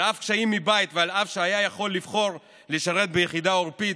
על אף קשיים מבית ועל אף שהיה יכול לבחור לשרת ביחידה עורפית,